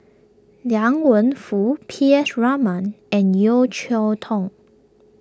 Liang Wenfu P S Raman and Yeo Cheow Tong